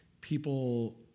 people